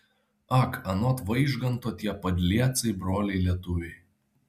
ak anot vaižganto tie padliecai broliai lietuviai